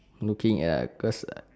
looking at cause at